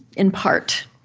in part